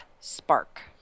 spark